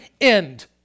end